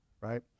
right